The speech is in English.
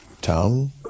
town